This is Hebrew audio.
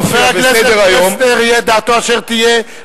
תהיה דעתו אשר תהיה,